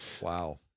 Wow